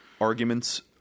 arguments